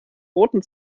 roten